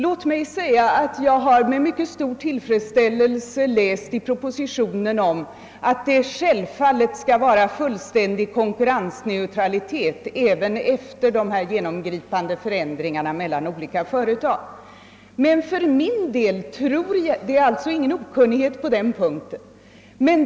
Låt mig säga att jag med mycket stor tillfredsställelse har läst i propositionen att det självfallet skall vara fullständig konkurrensneutralitet mellan olika företag även efter dessa genomgripande förändringar. Det föreligger alltså ingen okunnighet på den punkten.